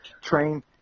train –